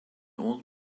old